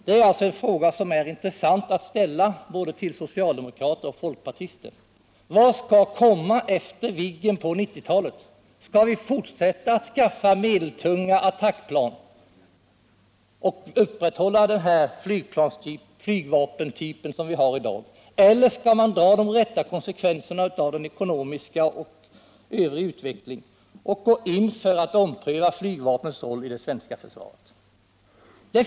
Det är en intressant fråga att ställa till både socialdemokrater och folkpartister. Vad skall komma efter Viggen på 1990-talet? Skall vi fortsätta att anskaffa medeltunga attackplan och upprätthålla den flygvapentyp som vi har i dag? Eller skall man dra de rätta konsekvenserna av ekonomisk och övrig utveckling och gå in för att ompröva flygvapnets roll i det svenska försvaret?